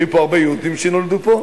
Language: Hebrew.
היו הרבה יהודים שנולדו פה,